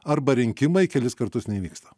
arba rinkimai kelis kartus neįvyksta